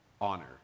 honor